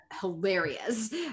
hilarious